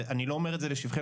ואני לא אומר את זה לשבחי,